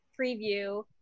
preview